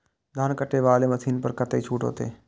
धान कटे वाला मशीन पर कतेक छूट होते?